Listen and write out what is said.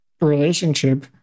relationship